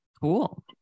Cool